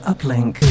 Uplink